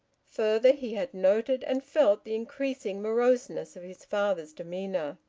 further, he had noted, and felt, the increasing moroseness of his father's demeanour.